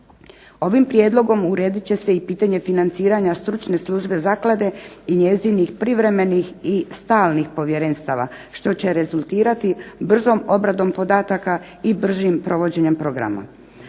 Ovim prijedlogom uredit će se i pitanje financiranja Stručne službe zaklade i njezinih privremenih i stalnih povjerenstava što će rezultirati bržom obradom podataka i bržim provođenjem programa.